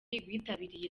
bitabiriye